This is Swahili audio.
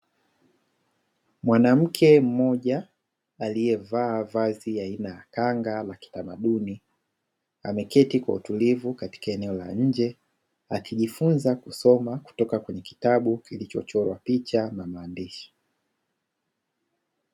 Mwanamke mmoja aliyevaa vazi aina ya khanga la kitamaduni, ameketi kwa utulivu katika eneo la nje, akijifunza kusoma kutoka kwenye kitabu kilichochorwa picha na maandishi.